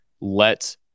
let